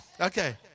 Okay